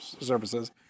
services